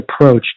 approached